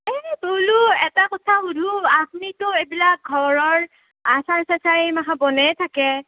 এই বোলো এটা কথা সোধো আপনিটো এইবিলাক ঘৰৰ আচাৰ চাচাৰ এই মখা বনাইয়ে থাকে